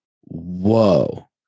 whoa